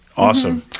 Awesome